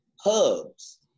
hubs